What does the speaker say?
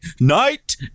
Night